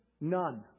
none